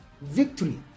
victory